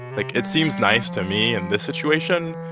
like, it seems nice to me in this situation.